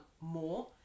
more